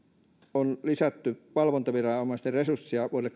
on lisätty valvontaviranomaisten resursseja vuodelle